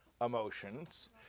emotions